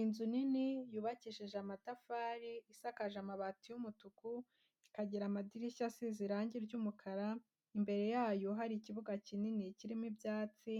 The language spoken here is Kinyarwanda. Inzu nini yubakishije amatafari, isakaje amabati y'umutuku, ikagira amadirishya asize irangi ry'umukara, imbere yayo hari ikibuga kinini kirimo ibyatsi,